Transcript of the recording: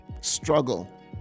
struggle